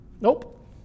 Nope